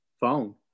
phone